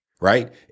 Right